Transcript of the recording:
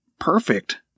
perfect